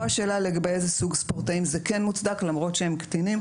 פה השאלה לגבי איזה סוג ספורטאים זה כן מוצדק למרות שהם קטינים,